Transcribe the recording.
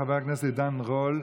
חבר הכנסת עידן רול,